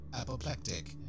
apoplectic